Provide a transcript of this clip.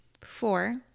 Four